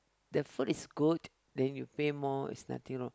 the food is good then you pay more it's nothing wrong